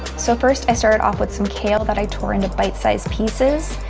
so first i started off with some kale that i tore into bite-size pieces.